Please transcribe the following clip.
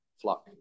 flock